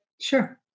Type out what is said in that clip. Sure